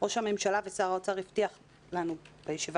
ראש הממשלה ושר האוצר הבטיחו לנו בישיבה